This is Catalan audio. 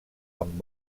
amb